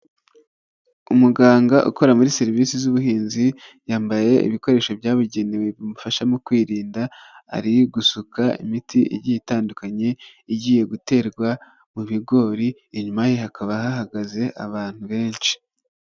Umuganga ukora muri serivisi z'ubuhinzi, yambaye ibikoresho byabugenewe bimufasha mu kwirinda ari gusuka imiti igiye itandukanye igiye guterwa mu bigori, inyuma ye hakaba hahagaze abantu benshi.